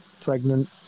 pregnant